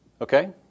Okay